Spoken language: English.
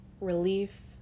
relief